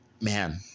man